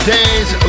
Days